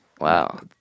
Wow